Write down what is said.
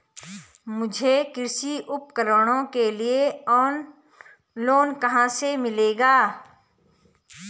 मुझे कृषि उपकरणों के लिए लोन कहाँ से मिलेगा?